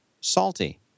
salty